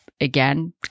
again